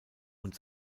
und